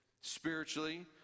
spiritually